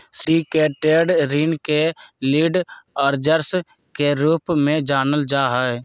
syndicated ऋण के lead arrangers के रूप में जानल जा हई